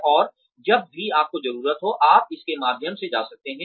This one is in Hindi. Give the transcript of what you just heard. और जब भी आपको जरूरत हो आप इसके माध्यम से जा सकते हैं